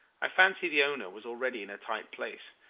i fancy the owner was already in a tight place.